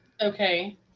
Okay